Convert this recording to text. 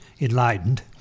enlightened